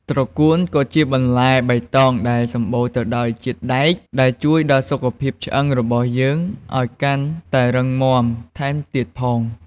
ត្រកួនក៏ជាបន្លែបៃតងដែលសំបូរទៅដោយជាតិដែកដែលជួយដល់សុខភាពឆ្អឹងរបស់យើងឱ្យកាន់តែរឹងមាំថែមទៀតផង។